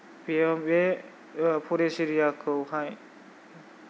बे परेस्ट एरियाखौहाय